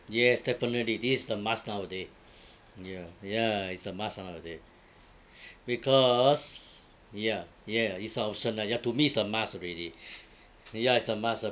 yes definitely this is the must nowaday ya ya it's a must nowaday because ya ya is a optional ya to me is a must already ya is a must